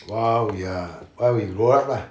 while we are while we grow up lah